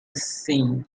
sink